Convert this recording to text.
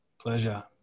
Pleasure